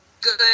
good